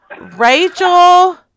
Rachel